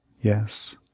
yes